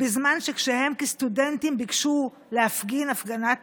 בזמן שכשהם כסטודנטים ביקשו להפגין הפגנת